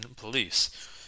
Police